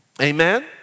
Amen